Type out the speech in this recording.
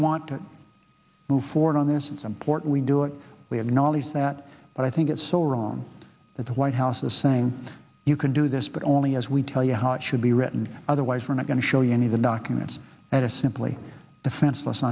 want to move forward on this it's important we do it we have knowledge that i think it's so wrong that the white house is saying you can do this but only as we tell you how it should be written otherwise we're not going to show you any of the documents that are simply defenseless